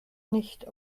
nicht